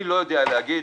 אני לא יודע להגיד